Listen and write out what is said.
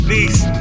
Beast